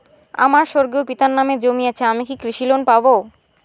আমার স্বর্গীয় পিতার নামে জমি আছে আমি কি কৃষি লোন পাব?